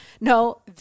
No